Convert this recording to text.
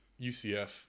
UCF